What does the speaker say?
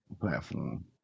platform